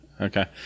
Okay